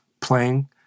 playing